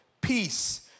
peace